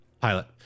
Pilot